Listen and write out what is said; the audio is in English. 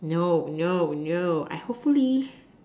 no no no I hopefully